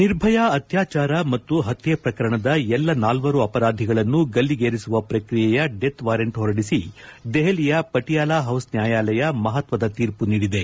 ನಿರ್ಭಯಾ ಅತ್ಯಾಚಾರ ಮತ್ತು ಪತ್ತೆ ಪ್ರಕರಣದ ಎಲ್ಲಾ ನಾಲ್ವರು ಅಪರಾಧಿಗಳನ್ನು ಗಲ್ಲಿಗೇರಿಸುವ ಪ್ರಕಿಯೆಯ ಡೆತ್ವಾರೆಂಟ್ ಹೊರಡಿಸಿ ದೆಪಲಿಯ ಪಟಿಯಾಲಾ ಹೌಸ್ ನ್ಯಾಯಾಲಯ ಮಹತ್ವದ ತೀರ್ಪು ನೀಡಿದೆ